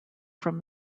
from